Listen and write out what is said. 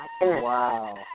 Wow